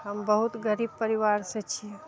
हम बहुत गरीब परिवारसँ छियै